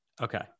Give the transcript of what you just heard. Okay